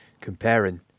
comparing